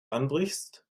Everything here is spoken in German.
anbrichst